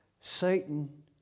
Satan